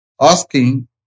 asking